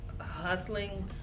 hustling